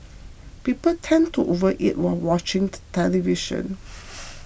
people tend to overeat while watching the television